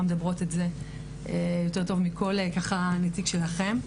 מדברות את זה יותר טוב מכל נציג שלכם.